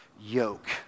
yoke